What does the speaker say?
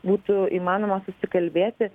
būtų įmanoma susikalbėti